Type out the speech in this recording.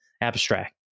abstract